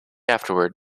afterwards